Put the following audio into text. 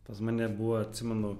pas mane buvo atsimenu